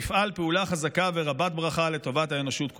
יפעל פעולה חזקה ורבת ברכה לטובת האנושות כולה".